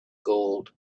gold